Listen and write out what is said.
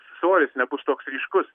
svoris nebus toks ryškus